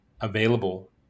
available